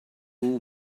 who